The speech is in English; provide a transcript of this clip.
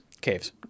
Caves